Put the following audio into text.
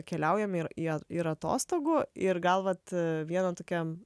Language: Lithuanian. keliaujame ir į ir atostogų ir gal vat viena tokia